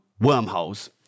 wormholes